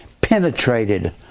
penetrated